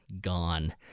gone